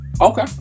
Okay